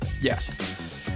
Yes